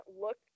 look